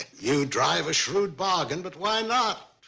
you drive a shrewd bargain, but why not?